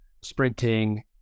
sprinting